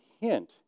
hint